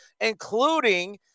including –